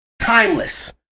Timeless